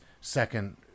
second